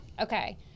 Okay